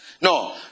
No